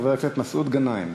חבר הכנסת מסעוד גנאים,